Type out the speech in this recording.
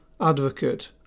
Advocate